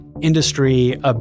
industry